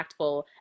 impactful